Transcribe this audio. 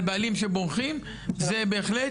בעלים שבורחים זה בהחלט יהיה הישג גדול מאוד.